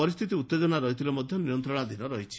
ପରିସ୍ଥିତି ଉଉଜନା ରହିଥିଲେ ମଧ୍ଧ ନିୟନ୍ତଶାଧୀନ ରହିଛି